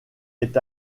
est